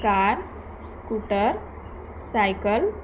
car scooter cycle